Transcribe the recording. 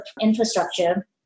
infrastructure